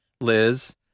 Liz